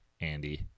Andy